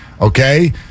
okay